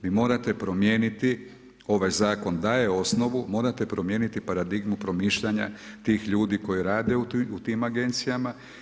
Vi morate promijeniti ovaj zakon daje osnovu, morate promijeniti paradigmu promišljanja tih ljudi koji rade u tim agencijama.